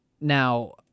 Now